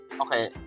Okay